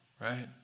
Right